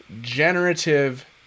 Generative